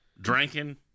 drinking